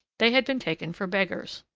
they had been taken for beggars.